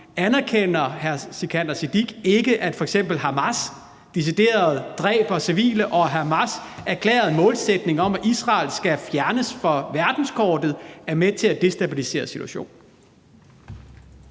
Anerkender hr. Sikandar Siddique ikke, at f.eks. det, at Hamas decideret dræber civile, og at Hamas har en erklæret målsætning om, at Israel skal fjernes fra verdenskortet, er med til at destabilisere situationen?